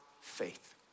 faith